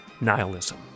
nihilism